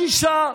שישה.